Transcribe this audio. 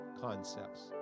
concepts